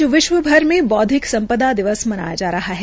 आज विश्व में बौद्विक सम्पदा दिवस मनाया जा रहा है